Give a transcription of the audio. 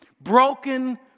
Broken